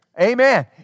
Amen